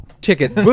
ticket